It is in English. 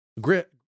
Grit